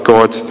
God